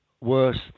worse